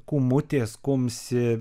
kūmutės kumsi